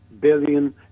billion